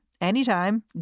anytime